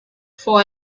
for